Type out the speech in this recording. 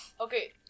Okay